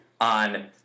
on